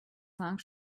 cinq